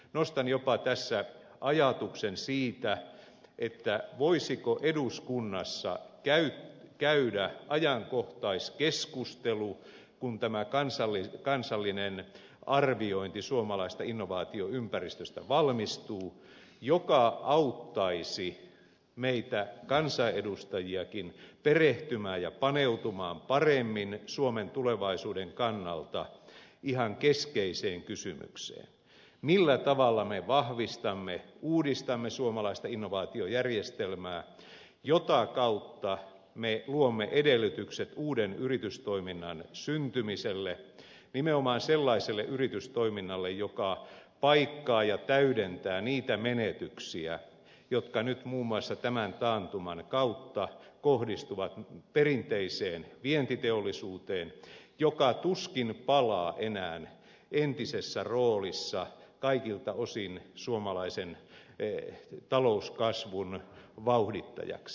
nostan jopa tässä ajatuksen siitä voitaisiinko eduskunnassa käydä ajankohtaiskeskustelu kun tämä kansallinen arviointi suomalaisesta innovaatioympäristöstä valmistuu joka auttaisi meitä kansanedustajiakin perehtymään ja paneutumaan paremmin suomen tulevaisuuden kannalta ihan keskeiseen kysymykseen millä tavalla me vahvistamme uudistamme suomalaista innovaatiojärjestelmää jota kautta me luomme edellytykset uuden yritystoiminnan syntymiselle nimenomaan sellaiselle yritystoiminnalle joka paikkaa ja täydentää niitä menetyksiä jotka nyt muun muassa tämän taantuman kautta kohdistuvat perinteiseen vientiteollisuuteen joka tuskin palaa enää entisessä roolissa kaikilta osin suomalaisen talouskasvun vauhdittajaksi